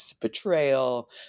betrayal